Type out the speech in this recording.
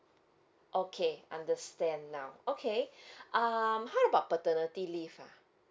okay understand now okay um how about paternity leave ah